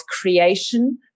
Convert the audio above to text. creation